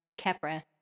Kepra